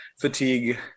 fatigue